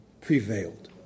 prevailed